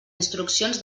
instruccions